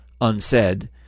unsaid